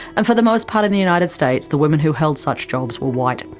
and for the most part in the united states, the women who held such jobs were white.